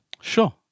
Sure